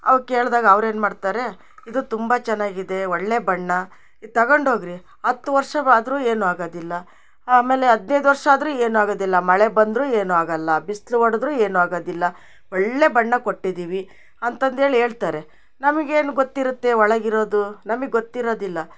ಅವ ಕೇಳ್ದಾಗ ಅವ್ರೇನು ಮಾಡ್ತಾರೆ ಇದು ತುಂಬಾ ಚೆನ್ನಾಗಿದೆ ಒಳ್ಳೆಯ ಬಣ್ಣ ಇದು ತಗೊಂಡೋಗ್ರಿ ಹತ್ತು ವರ್ಷವಾದರೂ ಏನು ಆಗೋದಿಲ್ಲ ಆಮೇಲೆ ಹದಿನೈದು ವರ್ಷ ಆದರೂ ಏನು ಆಗೋದಿಲ್ಲ ಮಳೆ ಬಂದರೂ ಏನು ಆಗಲ್ಲ ಬಿಸಿಲು ಹೊಡದ್ರು ಏನು ಆಗೋದಿಲ್ಲ ಒಳ್ಳೆಯ ಬಣ್ಣ ಕೊಟ್ಟಿದ್ದೀವಿ ಅಂತಂದು ಹೇಳಿ ಹೇಳ್ತಾರೆ ನಮಗೇನು ಗೊತ್ತಿರುತ್ತೆ ಒಳಗಿರೋದು ನಮಗೆ ಗೊತ್ತಿರೋದಿಲ್ಲ